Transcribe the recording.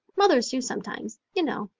mothers do sometimes, you know.